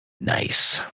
Nice